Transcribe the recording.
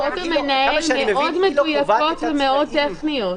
כתבו הוראות המנהל מאוד מדויקות ומאוד טכניות.